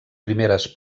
primeres